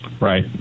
Right